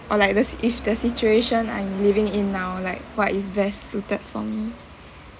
or like this if the situation I'm living in now like what is best suited for me